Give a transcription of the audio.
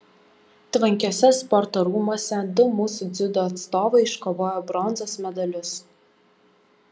tvankiuose sporto rūmuose du mūsų dziudo atstovai iškovojo bronzos medalius